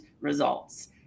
results